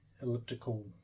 elliptical